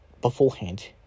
beforehand